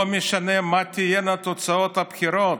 לא משנה מה תהיינה תוצאות הבחירות,